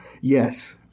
yes